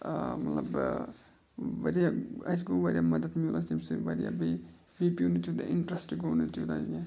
مطلب واریاہ اَسہِ گوٚو واریاہ مَدت مِلُن اَسہِ تَمہِ سۭتۍ واریاہ بیٚیہِ بیٚیہِ پیٚو نہٕ تیوٗتاہ اِنٹرَسٹ گوٚو نہٕ تیوٗتاہ کینٛہہ